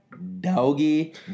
doggy